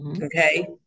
okay